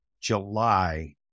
July